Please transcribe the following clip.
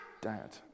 dad